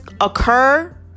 occur